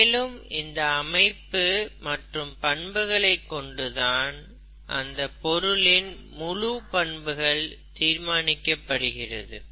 மேலும் இந்த அமைப்பு மற்றும் பண்புகளை கொண்டு தான் அந்த பொருளின் முழு பண்புகள் தீர்மாணிக்கப் படுகிறது